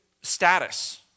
Status